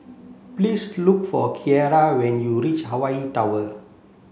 please look for Kiera when you reach Hawaii Tower